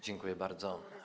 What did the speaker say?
Dziękuję bardzo.